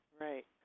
Right